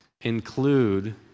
include